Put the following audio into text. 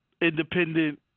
independent